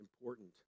important